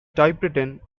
typewritten